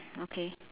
okay